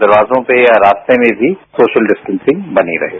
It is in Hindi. दरवाजों में या रास्तों में भी सोशल डिस्टेंसिंग बनी रहें